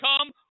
come